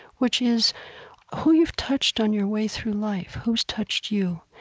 which is who you've touched on your way through life, who's touched you.